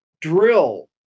drill